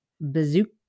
Bazooka